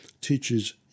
teaches